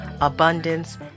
abundance